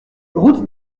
route